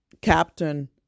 Captain